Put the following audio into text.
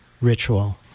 ritual